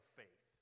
faith